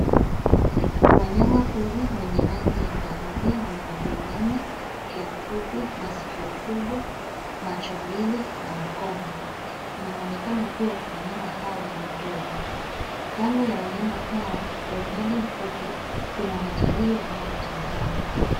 Wanyama pori wenye rangi ya kahawia wana miguu minne, mkia mfupi, masikio kubwa, macho mbili na mkonga. Ina mwonekano kuwa wanyama hawa ni ndovu. Kando ya wanyama hawa kwa umbali mfupi kuna watalii wanaowatazama.